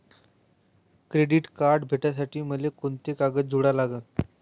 Credit card भेटासाठी मले कोंते कागद जोडा लागन?